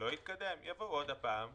אם לא יתקדם יבואו עוד פעם,